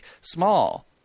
small